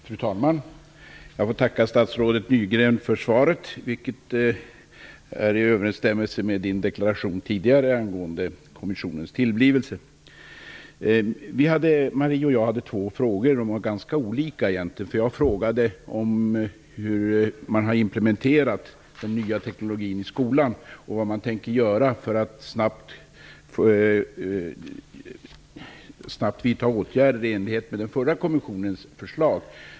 Fru talman! Jag får tacka statsrådet Nygren för svaret, vilket är i överensstämmelse med hans deklaration i samband med kommissionens tillblivelse. Marie Wiléns och min fråga var egentligen ganska olika. Jag frågade hur man har implementerat den nya teknologin i skolan och vilka snabba åtgärder man ämnar vidta i enlighet med den förra kommissionens förslag.